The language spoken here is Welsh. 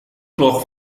gloch